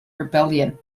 rebellion